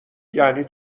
یعنی